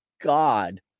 God